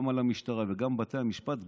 גם על המשטרה וגם על בתי המשפט,